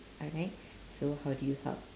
alright so how do you help